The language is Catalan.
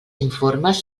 informes